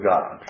God